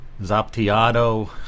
Zaptiado